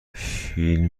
فیلم